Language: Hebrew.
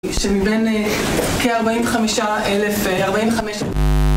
...שמבין כ-45 אלף, אה, 45...